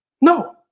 No